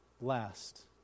last